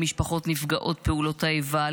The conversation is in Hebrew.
למשפחות נפגעות פעולות האיבה,